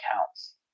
counts